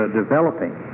developing